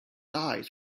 eyes